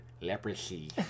leprosy